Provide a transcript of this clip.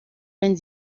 wenn